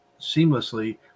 seamlessly